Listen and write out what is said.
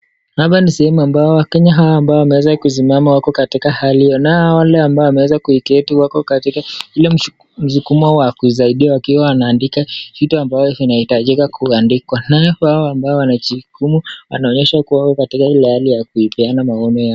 Hapa ni sehemu ambayo wakenya hawa ambao wameeza kusimama wako hali hio, nao wale ambao wameeza kuiketi wako katika ule msukumo wa kuzaidiwa wakiwa wana andika vitu ambazo vinahitajika kuandikwa, nao hao ambao wanajiukumu, wanaonyesha wako katika ile hali ya kuipeana magome yao.